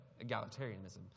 Egalitarianism